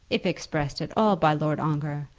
if expressed at all by lord ongar,